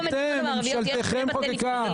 הממשלה שלכם חוקקה.